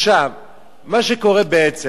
מה שקורה בעצם,